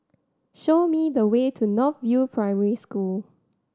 show me the way to North View Primary School